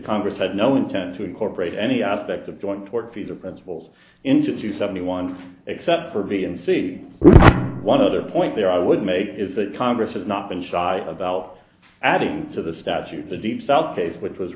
congress had no intent to incorporate any aspect of joint tortfeasor principles into two seventy one except for b and c one other point there i would make is that congress has not been shy about adding to the statute the deep south case which was